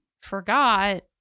forgot